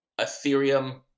Ethereum